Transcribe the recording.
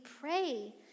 pray